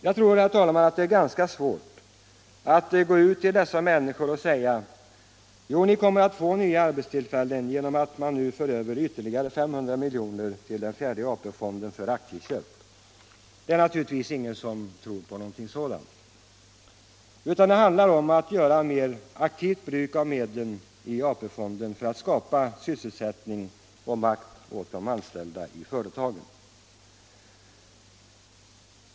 Jag tror, herr talman, att det är ganska svårt att gå till dessa människor och säga: Jo, ni kommer att få nya arbetstillfällen genom att man nu för över ytterligare 500 miljoner till den fjärde AP-fonden för aktieköp. Det är naturligtvis ingen som tror på något sådant. Här gäller det att göra mer aktivt bruk av medlen i AP fonden för att skapa sysselsättning och makt åt de anställda i företagen.